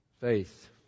Faith